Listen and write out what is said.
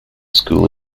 school